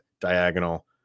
diagonal